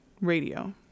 radio